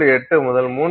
8 முதல் 3